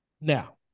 Now